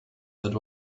that